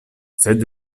sed